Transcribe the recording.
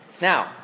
Now